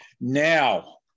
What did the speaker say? Now